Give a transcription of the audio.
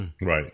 Right